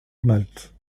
malte